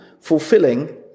fulfilling